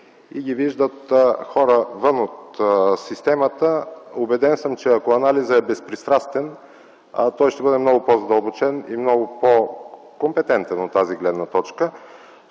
и ги виждат хора вън от системата. Убеден съм, че ако анализът е безпристрастен, той ще бъде много по-задълбочен и много по-компетентен от тази гледна точка.